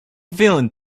feeling